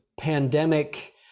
pandemic